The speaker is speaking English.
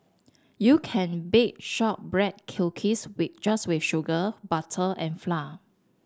you can bake shortbread cookies with just with sugar butter and flour